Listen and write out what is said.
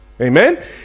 Amen